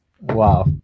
Wow